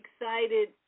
excited